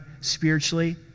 spiritually